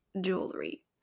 jewelry